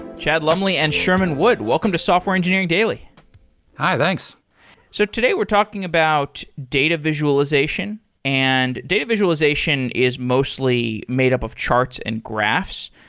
chad lumley and sherman wood, welcome to software engineering daily hi, thanks so today, we're talking about data visualization and data visualization is mostly made up of charts and graphs.